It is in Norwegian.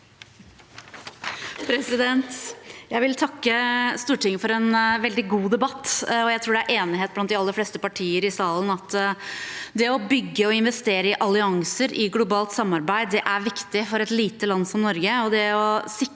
Jeg vil takke Stortinget for en veldig god de- batt, og jeg tror det er enighet blant de aller fleste partier i salen om at det å bygge og investere i allianser i globalt samarbeid er viktig for et lite land som Norge,